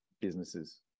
businesses